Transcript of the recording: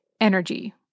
energy